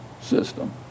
system